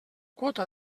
quota